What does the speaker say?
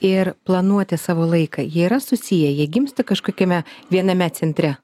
ir planuoti savo laiką jie yra susiję jie gimsta kažkokiame viename centre